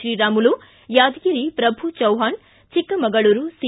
Sriramulu Yadgir Prabhu Chauhan Chikkamagaluru P